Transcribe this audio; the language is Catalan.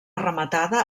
rematada